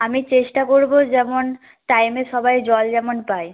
আমি চেষ্টা করব যেমন টাইমে সবাই জল যেমন পায়